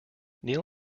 neil